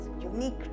unique